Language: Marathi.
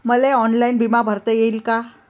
मले ऑनलाईन बिमा भरता येईन का?